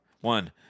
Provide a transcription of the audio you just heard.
One